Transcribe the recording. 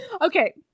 okay